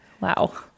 Wow